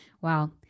Wow